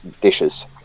dishes